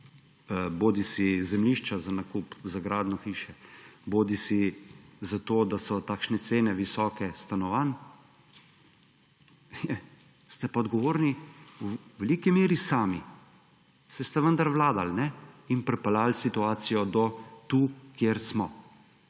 bodisi zemljišča za nakup za gradnjo hiše bodisi zato, da so takšne cene visoke stanovanj, ste pa odgovorni v veliki meri sami. Saj ste vendar vladali in pripeljali situacijo do tu, kjer smo.